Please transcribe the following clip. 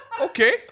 Okay